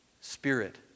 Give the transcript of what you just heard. spirit